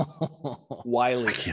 Wiley